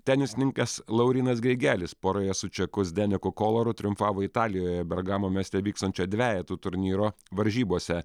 tenisininkas laurynas grigelis poroje su čeku sdeniu kokolaru triumfavo italijoje bergamo mieste vykstančio dvejetų turnyro varžybose